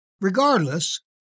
Regardless